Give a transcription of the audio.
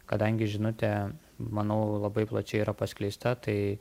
kadangi žinutė manau labai plačiai yra paskleista tai